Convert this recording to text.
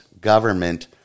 government